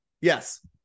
yes